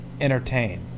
entertain